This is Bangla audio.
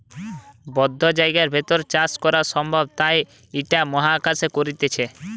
বদ্ধ জায়গার ভেতর চাষ করা সম্ভব তাই ইটা মহাকাশে করতিছে